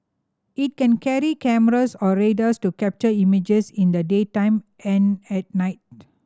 it can carry cameras or radars to capture images in the daytime and at night